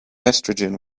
estrogen